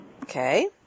Okay